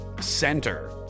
center